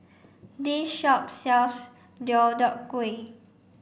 this shop sells Deodeok Gui